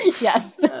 Yes